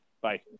Bye